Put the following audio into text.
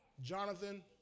Jonathan